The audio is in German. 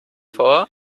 vor